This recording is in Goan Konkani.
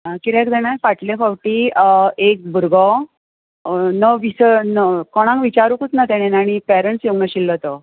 कित्याक जाणां फाटले फावटी एक भुरगो कोणाक विचारुंकूच ना तांणे आनी पेरंट्स येवंक नाशिल्लो तो